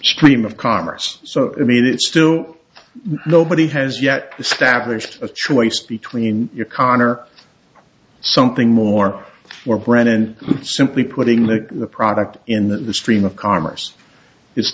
stream of commerce so i mean it's still nobody has yet stablished a choice between your connor something more or brennan simply putting that the product in the stream of commerce i